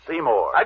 Seymour